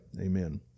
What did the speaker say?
amen